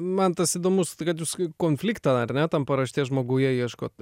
man tas įdomus tai kad jūs kaip konfliktą ar ne tam paraštės žmoguje ieškot